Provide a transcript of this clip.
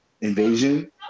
invasion